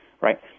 right